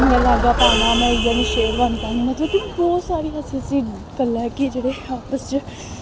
इ'यां लैंह्गा पाना में इ'यै आह्ली शेरवानी पानी मतलब कि बहोत सारी ऐसी ऐसी गल्लां कि जेह्ड़े आपस च